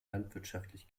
landwirtschaftlich